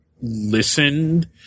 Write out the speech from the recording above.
listened